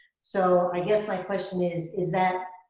so i guess my question is, is that,